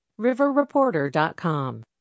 riverreporter.com